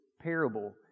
parable